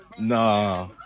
Nah